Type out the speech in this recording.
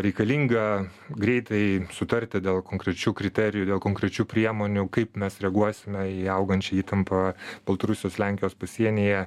reikalinga greitai sutarti dėl konkrečių kriterijų dėl konkrečių priemonių kaip mes reaguosime į augančią įtampą baltarusijos lenkijos pasienyje